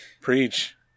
Preach